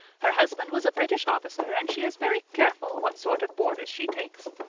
her husband was a british officer, and she is very careful what sort of boarders she takes.